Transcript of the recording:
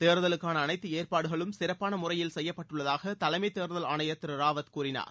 தேர்தலுக்கான அனைத்து ஏற்பாடுகளும் சிறப்பான முறையில் செய்யப்பட்டுள்ளதாக தலைமை தேர்தல் ஆணையர் திரு ராவத் கூறினார்